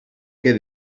que